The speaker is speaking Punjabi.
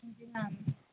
ਹਾਂਜੀ ਮੈਮ